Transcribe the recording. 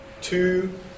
two